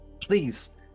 please